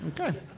Okay